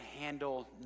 handle